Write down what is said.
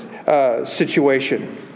Situation